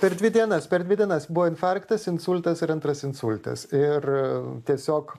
per dvi dienas per dvi dienas buvo infarktas insultas ar antras insultas ir tiesiog